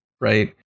right